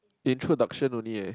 introduction only eh